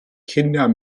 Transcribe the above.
kinder